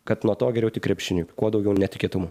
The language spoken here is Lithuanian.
kad nuo to geriau tik krepšiniui kuo daugiau netikėtumų